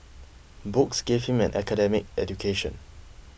books gave him an academic education